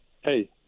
Hey